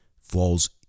falls